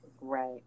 right